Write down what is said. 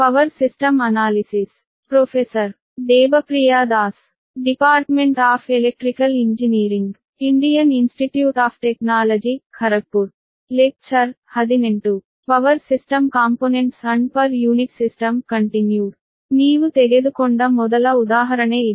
power system components and per unit system continued ನೀವು ತೆಗೆದುಕೊಂಡ ಮೊದಲ ಉದಾಹರಣೆ ಇದು